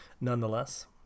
nonetheless